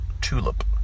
tulip